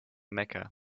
mecca